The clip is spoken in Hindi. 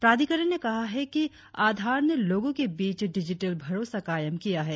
प्राधिकरण ने कहा है आधार ने लोगों के बीच डिजिटल भरोसा कायम किया है